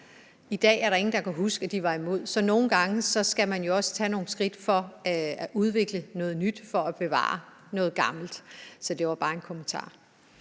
I dag er der ingen, der kan huske, at de var imod. Så nogle gange skal man jo også tage nogle skridt til at udvikle noget nyt for at bevare noget gammelt. Så det var bare en kommentar.